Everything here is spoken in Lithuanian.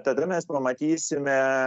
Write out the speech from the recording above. tada mes pamatysime